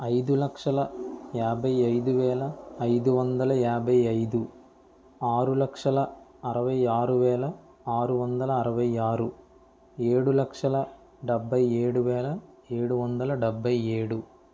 ఐదు లక్షల యాభై ఐదు వేల ఐదు వందల యాభై ఐదు ఆరు లక్షల అరవై ఆరు వేల ఆరు వందల అరవై ఆరు ఏడు లక్షల డెబ్బై ఏడు వేల ఏడు వందల డెబ్బై ఏడు